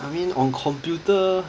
I mean on computer